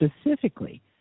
specifically